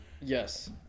Yes